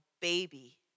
baby